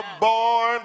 born